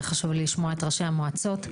היה חשוב לי לשמוע את ראשי המועצות.